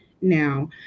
Now